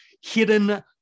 hidden